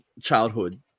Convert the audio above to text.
childhood